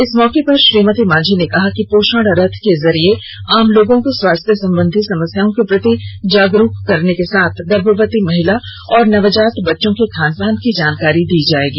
इस मौके पर श्रीमति मांझी ने कहा कि पोषण रथ के जरिये आम लोगों को स्वास्थ्य संबंधी समस्या के प्रति जागरूक करने के साथ गर्भवती महिला और नवजात बच्चों के खानपान की जानकारी दी जायेगी